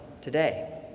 today